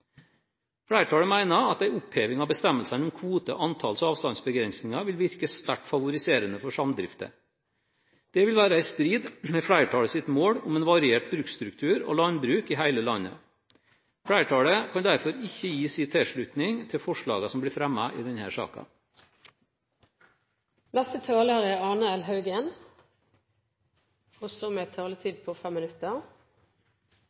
Flertallet mener at en oppheving av bestemmelsene om kvote-, antalls- og avstandsbegrensninger vil virke sterkt favoriserende for samdrifter. Det vil være i strid med flertallets mål om en variert bruksstruktur og landbruk i hele landet. Flertallet kan derfor ikke gi sin tilslutning til forslagene som blir fremmet i